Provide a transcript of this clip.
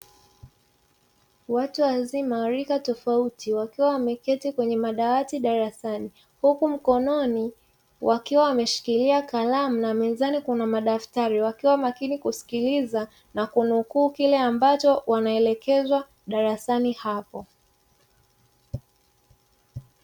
Watu wazima wa rika tofauti, wakiwa wameketi kwenye madawati darasani, huku mkononi wakiwa wameshikilia kalamu na mezani kuna madaftari. Wakiwa makini kusikiliza na kunukuu kile ambacho wanaelekezwa darasani hapo.